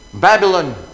Babylon